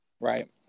Right